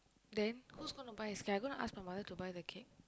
then who's gonna buy I'm not gonna my mother to buy the cake